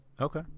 Okay